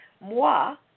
Moi